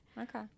Okay